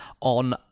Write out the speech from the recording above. on